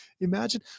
Imagine